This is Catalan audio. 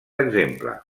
exemple